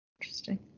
Interesting